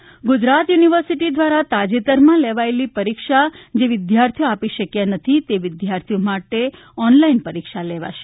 પરીક્ષા ગુજરાત યુનિવર્સીટી દ્વારા તાજેતરમાં લેવાયેલી પરીક્ષા જે વિદ્યાર્થીઓ આપી શક્યા નથી તે વિદ્યાર્થીઓ માટે ઓનલાઈન પરીક્ષા લેવાશે